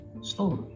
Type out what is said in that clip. story